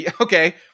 Okay